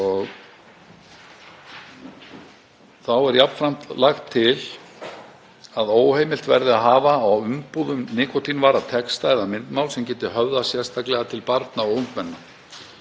Þá er jafnframt lagt til að óheimilt verði að hafa á umbúðum nikótínvara texta eða myndmál sem geti höfðað sérstaklega til barna og ungmenna,